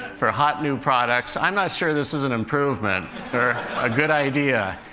for hot new products. i'm not sure this is an improvement, or a good idea,